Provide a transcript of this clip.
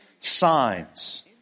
signs